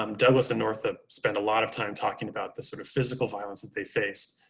um douglas and northup spent a lot of time talking about the sort of physical violence that they faced.